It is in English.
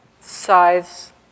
size